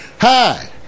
Hi